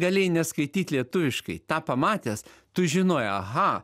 galėjai neskaityt lietuviškai tą pamatęs tu žinojai aha